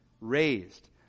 raised